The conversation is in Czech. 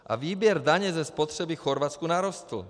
A výběr daně ze spotřeby v Chorvatsku narostl.